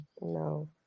No